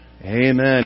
Amen